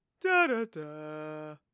Da-da-da